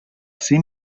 cim